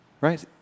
right